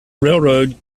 railroad